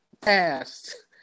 passed